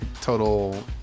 total